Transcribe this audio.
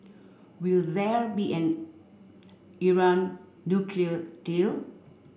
will where be an Iran nuclear deal